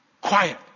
Quiet